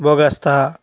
ఓవేస్తా